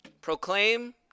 Proclaim